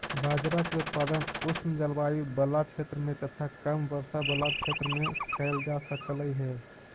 बाजरा के उत्पादन उष्ण जलवायु बला क्षेत्र में तथा कम वर्षा बला क्षेत्र में कयल जा सकलई हे